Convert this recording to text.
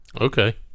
Okay